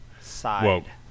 side